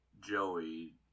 Joey